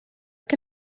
que